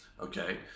okay